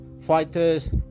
fighters